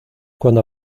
cuando